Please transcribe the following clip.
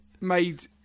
made